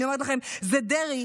אני אומרת לכם: זה דרעי,